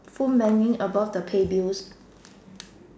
phone banking above the pay bills